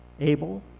Abel